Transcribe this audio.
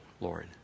Lord